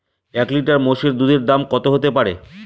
এক লিটার মোষের দুধের দাম কত হতেপারে?